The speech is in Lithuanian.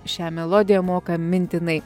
šią melodiją moka mintinai